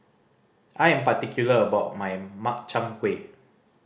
I am particular about my Makchang Gui